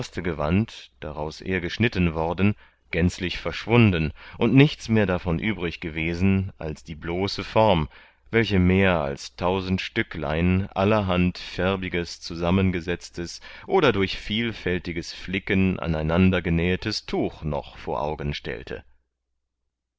daraus er geschnitten worden gänzlich verschwunden und nichts mehr davon übrig gewesen als die bloße form welche mehr als tausend stücklein allerhand färbiges zusammengesetztes oder durch vielfältiges flicken aneinandergenähetes tuch noch vor augen stellte